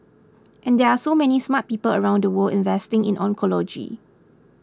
and there are so many smart people around the world investing in oncology